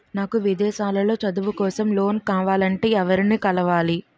నాకు విదేశాలలో చదువు కోసం లోన్ కావాలంటే ఎవరిని కలవాలి?